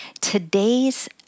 Today's